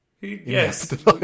Yes